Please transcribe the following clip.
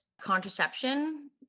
contraception